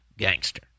gangster